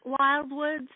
Wildwoods